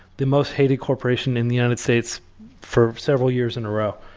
the most hated corporation in the united states for several years in a row,